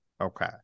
Okay